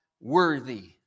worthy